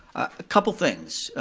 a couple things.